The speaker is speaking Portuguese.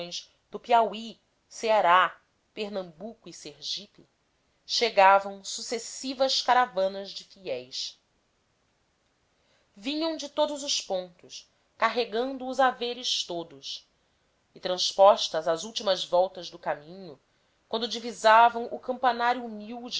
do piauí ceará pernambuco e sergipe chegavam sucessivas caravanas de fiéis vinham de todos os pontos carregando os haveres todos e transpostas as últimas voltas do caminho quando divisavam o campanário humilde